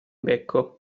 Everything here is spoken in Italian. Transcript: becco